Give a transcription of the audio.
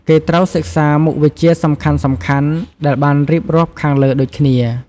គេត្រូវសិក្សមុខវិជ្ជាសំខាន់ៗដែលបានរៀបរាប់ខាងលើដូចគ្នា។